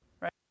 Right